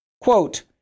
Quote